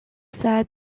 said